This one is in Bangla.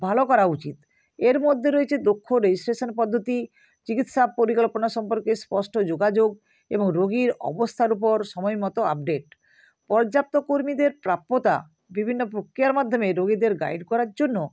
ভালো করা উচিত এর মধ্যে রয়েছে দক্ষ রেজিস্ট্রেশন পদ্ধতি চিকিৎসা পরিকল্পনা সম্পর্কে স্পষ্ট যোগাযোগ এবং রোগীর অবস্থার উপর সময় মতো আপডেট পর্যাপ্ত কর্মীদের প্রাপ্যতা বিভিন্ন প্রক্রিয়ার মাধ্যমে রোগীদের গাইড করার জন্য